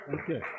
Okay